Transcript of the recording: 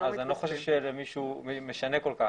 אני לא חושב שלמישהו משנה כל כך.